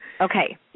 Okay